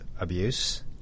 abuse